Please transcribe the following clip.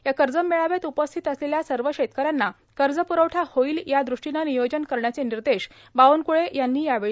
या कर्ज मेळाव्यात उपस्थित असलेल्या सर्व शेतकऱ्यांना कर्जपुरवठा होईलए यादृष्टीनं नियोजन करण्याचे निर्देश बावनकुळे यांनी यावेळी दिले